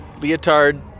leotard